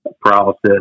paralysis